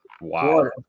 Wow